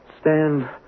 stand